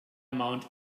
mount